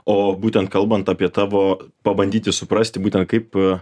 o būtent kalbant apie tavo pabandyti suprasti būtent kaip